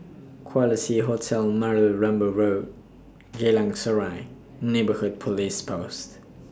Quality Hotel Marlow Road Geylang Serai Neighbourhood Police Post